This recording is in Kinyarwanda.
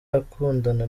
akundana